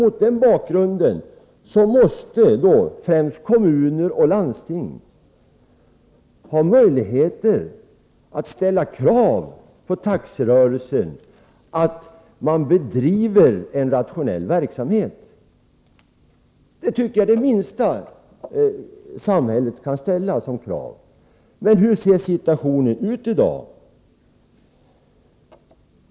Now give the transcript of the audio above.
Mot den bakgrunden måste främst kommuner och landsting ha möjligheter att ställa kravet att taxi skall bedriva en rationell verksamhet. Jag tycker att det är det minsta krav som samhället kan ställa. Men hur ser situationen ut i dag?